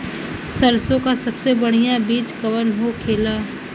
सरसों का सबसे बढ़ियां बीज कवन होखेला?